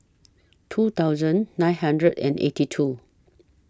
two thousand nine hundred and eighty two